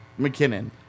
McKinnon